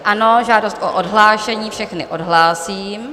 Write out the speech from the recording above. Ano, žádost o odhlášení, všechny odhlásím.